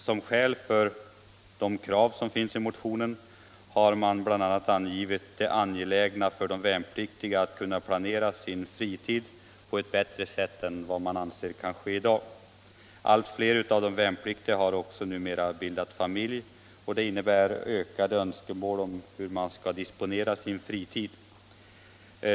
Som skäl för de krav som framförs i motionen har man bl.a. angivit det angelägna för de värnpliktiga att kunna planera sin fritid på ett bättre sätt än vad man anser kan ske i dag. Allt fler av de värnpliktiga har numera också bildat familj, och det innebär ökade önskemål om att kunna disponera sin fritid.